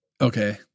okay